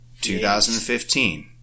2015